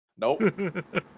Nope